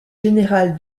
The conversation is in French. général